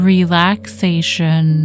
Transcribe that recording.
Relaxation